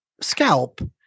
scalp